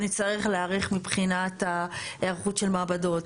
נצטרך להיערך מבחינת היערכות של מעבדות,